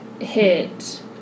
hit